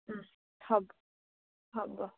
হ'ব হ'ব